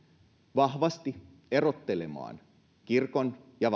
vahvasti erottelemaan kirkon ja